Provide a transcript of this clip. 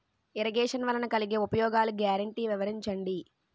Irrigation వలన కలిగే ఉపయోగాలు గ్యారంటీ వివరించండి?